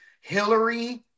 Hillary